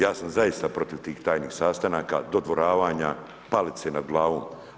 Ja sam zaista protiv tih tajnih sastanaka, dodvoravanja, palice nad glavom.